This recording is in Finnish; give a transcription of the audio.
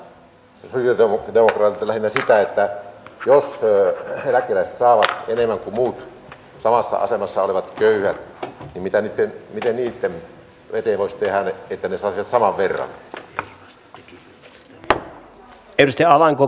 minä olisin kysynyt kyllä sosialidemokraateilta lähinnä sitä että jos eläkeläiset saavat enemmän kuin muut samassa asemassa olevat köyhät niin mitä heidän eteen voisi tehdä että he saisivat saman verran